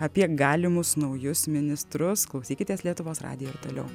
apie galimus naujus ministrus klausykitės lietuvos radijo ir toliau